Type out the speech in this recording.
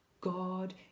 God